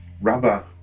rubber